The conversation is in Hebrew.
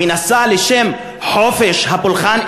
מנסה לשם חופש הפולחן.